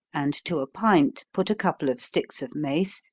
and to a pint put a couple of sticks of mace,